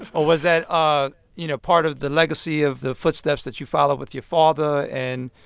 ah was that, ah you know, part of the legacy of the footsteps that you follow with your father, and,